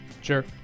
Sure